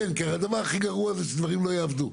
כי הדבר הכי גרוע הוא שהדברים לא יעבדו.